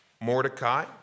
Mordecai